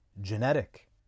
genetic